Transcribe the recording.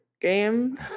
game